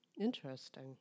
Interesting